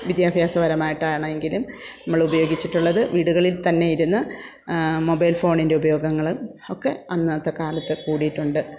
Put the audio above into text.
വിദ്യാഭ്യാസപരമായിട്ടാണെങ്കിലും നമ്മൾ ഉപയോഗിച്ചിട്ടുള്ളത് വീടുകളിൽ തന്നെയിരുന്ന് മൊബൈൽ ഫോണിൻ്റെ ഉപയോഗങ്ങൾ ഒക്കെ അന്നത്തെ കാലത്ത് കൂടിയിട്ടുണ്ട്